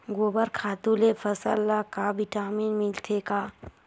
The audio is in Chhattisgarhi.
गोबर खातु ले फसल ल का विटामिन मिलथे का?